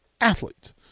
athletes